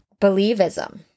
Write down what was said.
believism